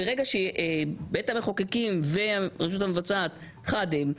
ברגע שבית המחוקקים והרשות המבצעת חד הם,